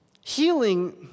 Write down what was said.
Healing